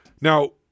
Now